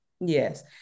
yes